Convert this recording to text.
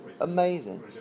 Amazing